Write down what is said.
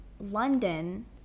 London